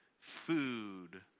food